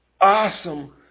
awesome